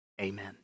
amen